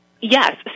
Yes